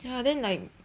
ya then like